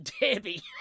Debbie